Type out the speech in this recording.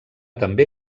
també